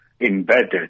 embedded